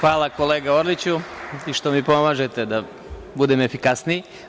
Hvala, kolega Orliću, što mi pomažete da budem efikasniji.